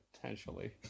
Potentially